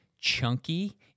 chunky